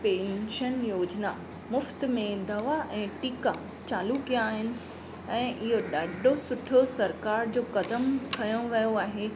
pension योजना मुफ़्त में दवा ऐं टीका चालू कया आहिनि ऐं इयो ॾाढो सुठो सरकार जो कदम खयो वियो आहे